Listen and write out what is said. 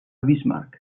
bismarck